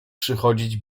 przychodzić